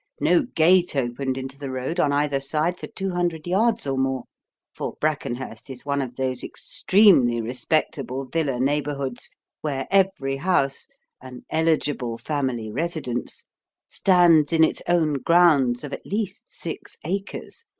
no gate opened into the road on either side for two hundred yards or more for brackenhurst is one of those extremely respectable villa neighbourhoods where every house an eligible family residence stands in its own grounds of at least six acres.